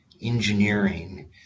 engineering